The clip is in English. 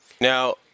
Now